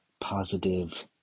positive